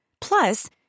Plus